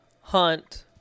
hunt